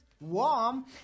warm